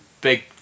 big